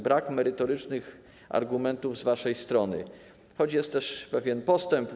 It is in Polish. Brak merytorycznych argumentów z waszej strony, choć jest też pewien postęp.